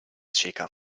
cieca